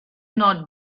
not